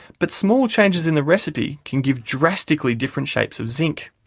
but small changes in the recipe can give drastically different shapes of zinc.